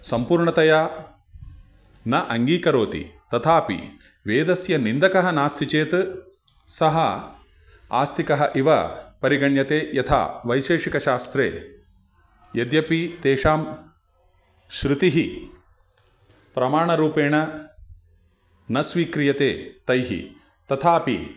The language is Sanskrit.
सम्पूर्णतया न अङ्गीकरोति तथापि वेदस्य निन्दकः नास्ति चेत् सः आस्तिकः इव परिगण्यते यथा वैशेषिकशास्त्रे यद्यपि तेषां शृतिः प्रमाणरूपेण न स्वीक्रियते तैः तथापि